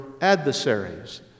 adversaries